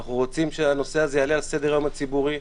אנחנו רוצים שהנושא הזה יעלה על סדר-היום הציבורי.